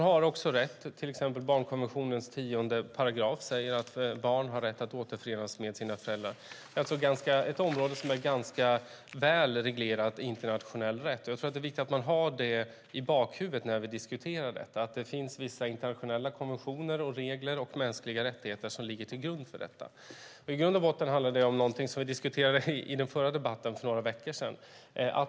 Till exempel sägs i barnkonventionens 10 § att barn har rätt att återförenas med sina föräldrar. Det är ett område som är ganska väl reglerat i internationell rätt. Det är viktigt att man har det i bakhuvudet när man diskuterar detta. Det finns vissa internationella konventioner och regler om mänskliga rättigheter som ligger till grund för detta. Det handlar om någonting som vi diskuterade i den förra debatten för några veckor sedan.